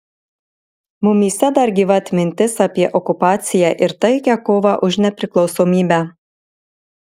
mumyse dar gyva atmintis apie okupaciją ir taikią kovą už nepriklausomybę